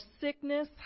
sickness